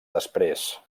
després